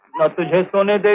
the gentleman a